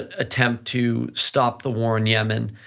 ah attempt to stop the war in yemen,